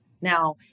now